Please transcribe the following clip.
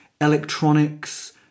electronics